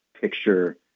picture